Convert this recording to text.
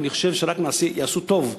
ואני חושב שרק יעשו טוב.